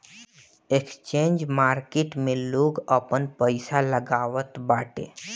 exchange market में लोग आपन पईसा लगावत बाटे